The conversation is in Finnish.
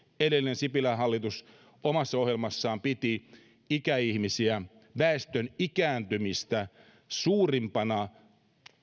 edellinen sipilän hallitus omassa ohjelmassaan piti ikäihmisiä väestön ikääntymistä suurimpana